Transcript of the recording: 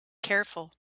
careful